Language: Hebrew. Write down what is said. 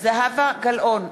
זהבה גלאון,